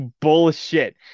Bullshit